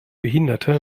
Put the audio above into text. behinderte